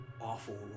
awful